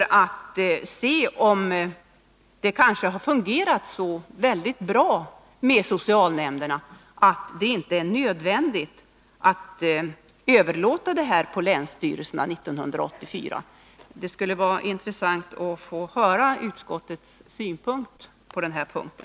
Kanske visar den att det har fungerat så bra med socialnämnderna att det inte är nödvändigt att överlåta handläggningen på länsstyrelserna 1984. Det skulle vara intressant att få höra utskottets mening på den punkten.